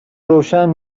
روشن